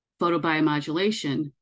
photobiomodulation